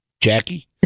Jackie